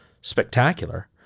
spectacular